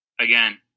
again